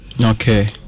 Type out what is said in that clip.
Okay